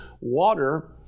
water